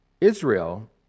Israel